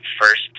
first